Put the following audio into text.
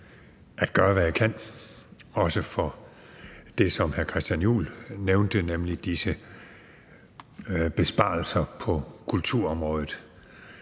at gøre, hvad jeg kan, også for det, som hr. Christian Juhl nævnte, nemlig disse besparelser på kulturområdet,